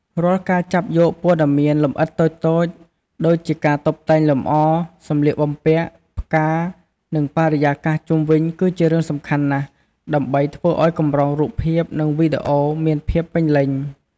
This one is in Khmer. រាល់ការចាប់យកព័ត៌មានលម្អិតតូចៗ ដូចជាការតុបតែងលម្អ សម្លៀកបំពាក់ ផ្កា និងបរិយាកាសជុំវិញ គឺជារឿងសំខាន់ណាស់ ដើម្បីធ្វើឲ្យកម្រងរូបភាព និងវីដេអូមានភាពពេញលេញ។